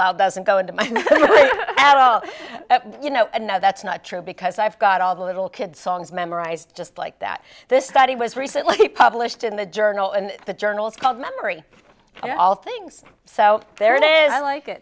loud doesn't go into my at all you know no that's not true because i've got all the little kid songs memorized just like that this study was recently published in the journal and the journal is called memory of all things so there it is i like it